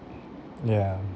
yeah